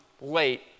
late